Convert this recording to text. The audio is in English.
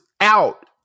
out